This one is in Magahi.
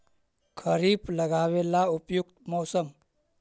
खरिफ लगाबे ला उपयुकत मौसम?